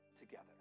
together